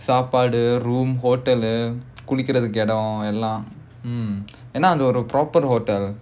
சாப்பாடு:saapaadu room hotel குளிக்கிறதுக்கு இடம் எல்லாம்:kulikkirathukku idam ellaam mm ஏனா அது ஒரு:yaenaa adhu oru proper hotel